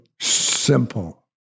simple